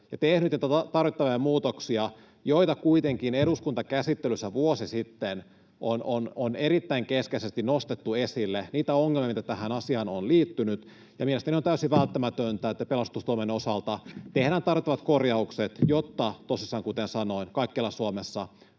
ja tehnyt niitä tarvittavia muutoksia, joita kuitenkin eduskuntakäsittelyssä vuosi sitten on erittäin keskeisesti nostettu esille, niitä ongelmia, mitä tähän asiaan on liittynyt. Mielestäni on täysin välttämätöntä, että pelastustoimen osalta tehdään tarvittavat korjaukset, jotta tosissaan, kuten sanoin, kaikkialla Suomessa